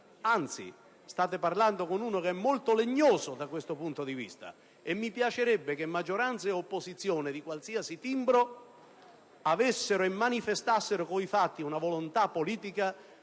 Personalmente, sono molto "legnoso" da questo punto di vista e mi piacerebbe che maggioranza e opposizione di qualsiasi timbro avessero e manifestassero con i fatti una volontà politica